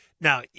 Now